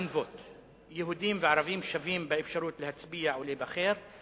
יהודים וערבים שווים באפשרות להצביע ולהיבחר.